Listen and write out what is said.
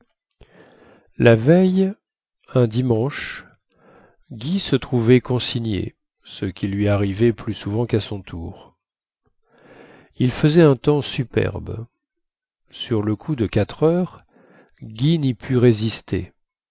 la veille un dimanche guy se trouvait consigné ce qui lui arrivait plus souvent quà son tour il faisait un temps superbe sur le coup de quatre heures guy ny put résister